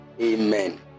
Amen